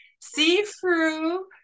see-through